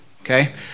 okay